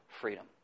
freedom